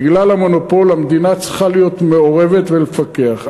בגלל המונופול, המדינה צריכה להיות מעורבת ולפקח.